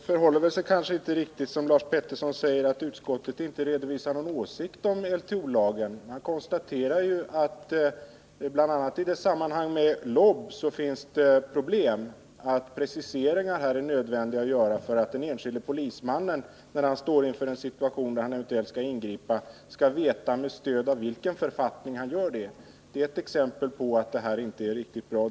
Fru talman! Det förhåller sig inte riktigt så, som Hans Petersson i Hallstahammar säger, att utskottet inte redovisar någon åsikt om LTO-lagen. Det konstateras bl.a. att det finns problem i samband med tillämpningen av LOB och att det är nödvändigt att göra preciseringar för att den enskilde polismannen när han står inför att ingripa i en situation skall veta med stöd av vilken författning han gör det. Det är ett exempel på att allt inte är riktigt väl ställt.